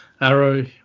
Arrow